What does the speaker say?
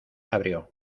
abrió